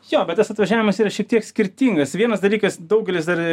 jo bet tas atvažiavimas yra šiek tiek skirtingas vienas dalykas daugelis dar